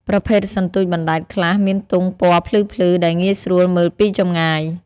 ប្រភេទសន្ទូចបណ្ដែតខ្លះមានទង់ពណ៌ភ្លឺៗ ដែលងាយស្រួលមើលពីចម្ងាយ។